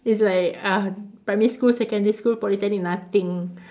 it's like uh primary school secondary school Poly nothing